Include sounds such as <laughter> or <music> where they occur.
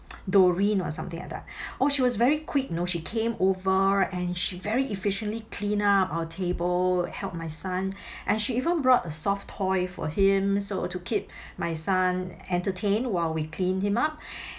<noise> doreen or something like that <breath> oh she was very quick you know she came over and she very efficiently clean up our table helped my son <breath> and she even brought a soft toy for him so to keep my son entertained while we cleaned him up <breath>